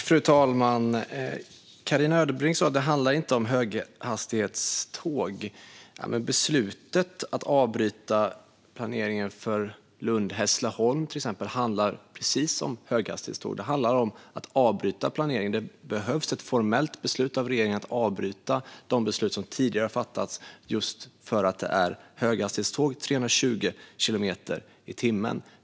Fru talman! Carina Ödebrink sa att det inte handlar om höghastighetståg. Men beslutet att avbryta planeringen för till exempel Lund-Hässleholm handlar om höghastighetståg. Det handlar om att avbryta planeringen. Det behövs ett formellt beslut av regeringen för att avbryta de beslut som tidigare fattats just för att det är höghastighetståg som färdas i 320 kilometer i timmen.